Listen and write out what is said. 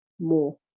more